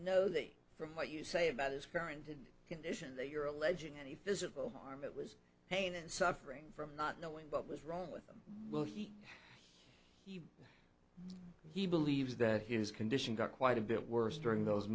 know that from what you say about his parentage condition that you're alleging any physical harm it was pain and suffering from not knowing what was wrong with him well he he believes that his condition got quite a bit worse during those